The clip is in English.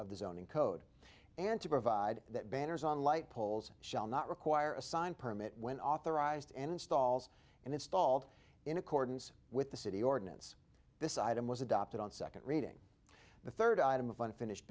zoning code and to provide that banners on light poles shall not require a signed permit when authorized and installs and installed in accordance with the city ordinance this item was adopted on second reading the third item of unfinished